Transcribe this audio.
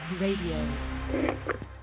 Radio